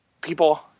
people